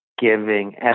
giving